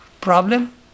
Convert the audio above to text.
problem